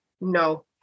No